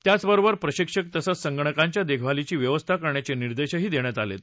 त्याचबरोबर प्रशिक्षक तसंच संगणकांच्या देखभालीची व्यवस्था करण्याचे निर्देशही देण्यात आले आहेत